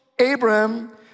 Abraham